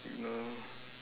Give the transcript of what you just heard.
you know